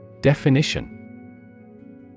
Definition